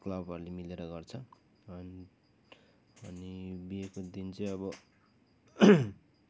क्लबहरूले मिलेर गर्छ अनि अनि बिहेको दिन चाहिँ अब